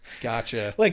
Gotcha